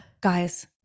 guys